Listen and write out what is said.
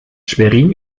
schwerin